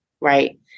Right